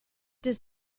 does